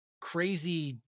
crazy